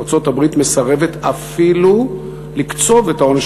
ארצות-הברית מסרבת אפילו לקצוב את העונש,